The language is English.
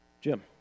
Jim